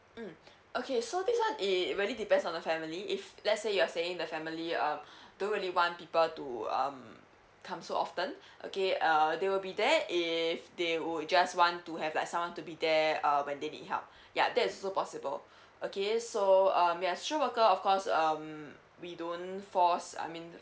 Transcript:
mm okay so this one it really depends on the family if let's say you're saying the family um don't really want people to um come so often okay err they will be there if they would just want to have like someone to be there uh when they need help ya that's so possible okay so um ya social worker of course um we don't force I mean